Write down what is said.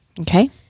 okay